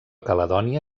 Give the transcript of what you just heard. caledònia